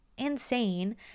insane